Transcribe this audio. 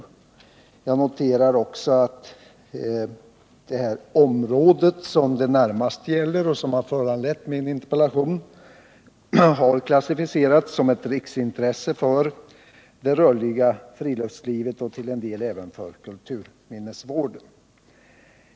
Vidare noterar jag att det område som det här närmast gäller och som har föranlett min interpellation har klassificerats som ett område som har riksintresse för det rörliga friluftslivet och till en del även för kulturminnesvården.